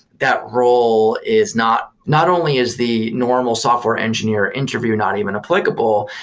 that role is not not only is the normal software engineer interview not even applicable.